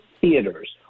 theaters